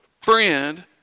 friend